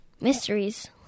Mysteries